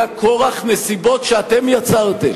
היה כורח נסיבות שאתם יצרתם.